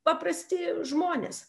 paprasti žmonės